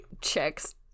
Checks